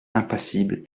impassible